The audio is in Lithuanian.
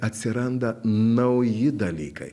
atsiranda nauji dalykai